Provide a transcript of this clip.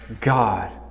God